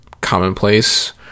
commonplace